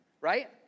right